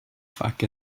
fuck